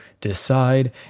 decide